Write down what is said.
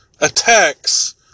attacks